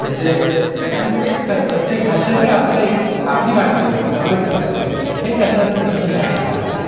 म्हणजे आणि तेच खरं प्रत्येक भाषा ती आपल्याला एक आपली वाटते जवळची वाटते हे त्याच्यातलं विशेष आणि खास आहे